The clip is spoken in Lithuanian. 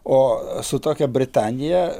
o su tokia britanija